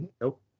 Nope